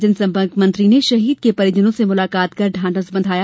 जनसम्पर्क मंत्री ने शहीद के परिजनों से मुलाकात कर ढांढस बंधाया